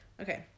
okay